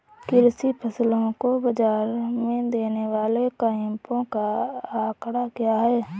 कृषि फसलों को बाज़ार में देने वाले कैंपों का आंकड़ा क्या है?